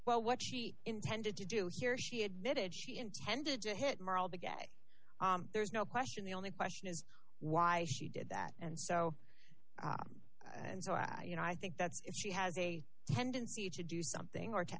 well what she intended to do here she admitted she intended to hit more all the gay there's no question the only question is why she did that and so and so i you know i think that's if she has a tendency to do something or to